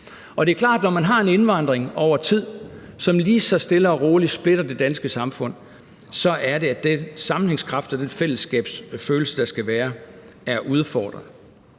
Og det er klart, at når man har en indvandring over tid, som lige så stille og roligt splitter det danske samfund, så er det, at den sammenhængskraft og den fællesskabsfølelse, der skal være, er udfordret.